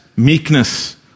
meekness